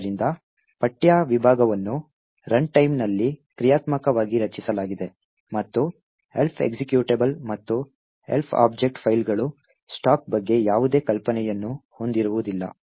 ಆದ್ದರಿಂದ ಪಠ್ಯ ವಿಭಾಗವನ್ನು ರನ್ಟೈಮ್ನಲ್ಲಿ ಕ್ರಿಯಾತ್ಮಕವಾಗಿ ರಚಿಸಲಾಗಿದೆ ಮತ್ತು Elf ಎಕ್ಸಿಕ್ಯೂಟಬಲ್ ಮತ್ತು Elf ಆಬ್ಜೆಕ್ಟ್ ಫೈಲ್ಗಳು ಸ್ಟಾಕ್ ಬಗ್ಗೆ ಯಾವುದೇ ಕಲ್ಪನೆಯನ್ನು ಹೊಂದಿರುವುದಿಲ್ಲ